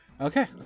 Okay